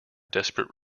desperate